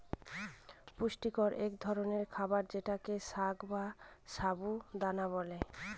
পুষ্টিকর এক ধরনের খাবার যেটাকে সাগ বা সাবু দানা বলে